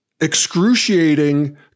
excruciating